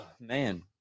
Man